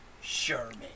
Sherman